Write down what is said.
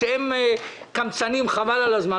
שהם קמצנים חבל-על-הזמן,